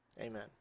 amen